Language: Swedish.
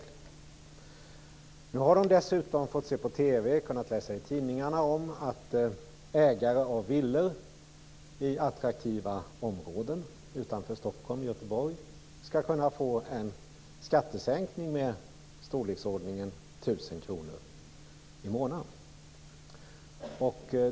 Nu har hyresgästerna kunnat se på TV och läsa i tidningarna om att ägare av villor i attraktiva områden utanför Stockholm och Göteborg skall kunna få en skattesänkning med i storleksordningen 1 000 kr i månaden.